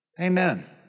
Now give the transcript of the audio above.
Amen